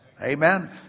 Amen